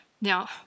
Now